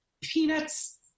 peanuts